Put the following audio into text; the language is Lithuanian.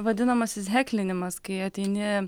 vadinamasis heklinimas kai ateini